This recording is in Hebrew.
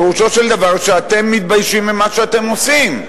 פירושו של דבר שאתם מתביישים במה שאתם עושים.